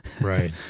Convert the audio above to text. Right